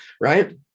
right